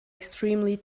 extremely